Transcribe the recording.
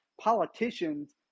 politicians